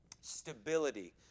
Stability